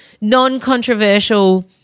non-controversial